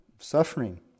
Suffering